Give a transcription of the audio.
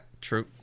true